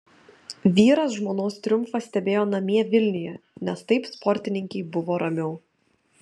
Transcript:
vyras žmonos triumfą stebėjo namie vilniuje nes taip sportininkei buvo ramiau